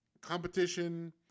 competition